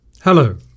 Hello